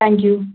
thank you